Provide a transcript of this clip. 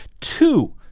two